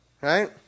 Right